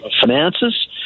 finances